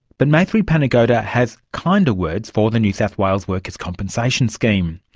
but maithri panagoda has kinder words for the new south wales workers compensation scheme.